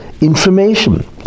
Information